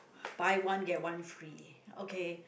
buy one get one free okay